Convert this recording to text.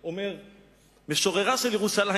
כבר משוררה של ירושלים,